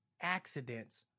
accidents